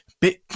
bit